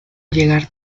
llegar